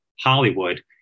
Hollywood